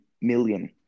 million